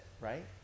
right